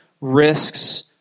risks